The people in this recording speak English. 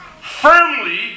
firmly